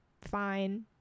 fine